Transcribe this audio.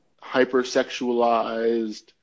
hyper-sexualized